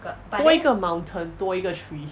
多一个 mountain 多一个 tree